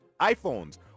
iPhones